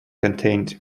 contained